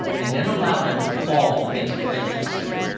and then allowed them to fall against the edge of the seat,